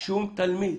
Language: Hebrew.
שנמצא